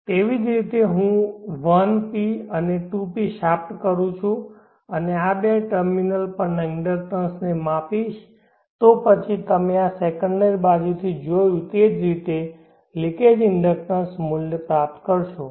તેવી જ રીતે જો હું 1p અને 2p શાફ્ટ કરું છું અને આ બે ટર્મિનલ્સ પરના ઇન્ડક્ટન્સ ને માપીશ તો પછી તમે આ સેકન્ડરી બાજુથી જોયું તે જ રીતે લિકેજ ઇન્ડક્ટન્સ મૂલ્ય પ્રાપ્ત કરશો